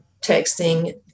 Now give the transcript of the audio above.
texting